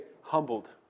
humbled